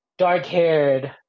Dark-haired